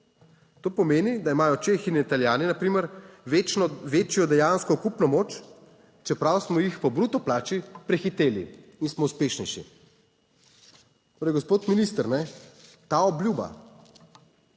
To pomeni, da imajo Čehi in Italijani na primer večno večjo dejansko kupno moč, čeprav smo jih po bruto plači prehiteli in smo uspešnejši. Torej, gospod minister, ta obljuba